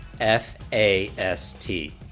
F-A-S-T